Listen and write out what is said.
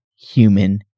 human